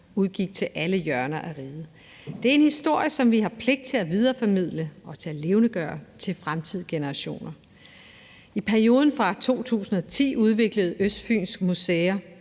udgik til alle hjørner af riget. Det er en historie, som vi har pligt til at videreformidle til og levendegøre for fremtidige generationer. I 2010 udviklede Østfyns Museer